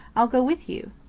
i'll go with you.